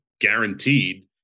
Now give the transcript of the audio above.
guaranteed